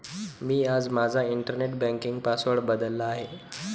मी आज माझा internet banking password बदलला आहे